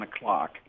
o'clock